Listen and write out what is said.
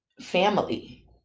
family